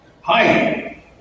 Hi